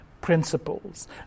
principles